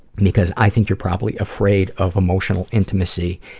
because i think you're probably afraid of emotional intimacy,